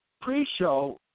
Pre-show